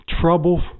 trouble